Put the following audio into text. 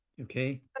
Okay